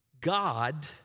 God